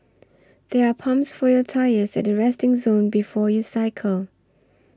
there are pumps for your tyres at the resting zone before you cycle